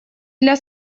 для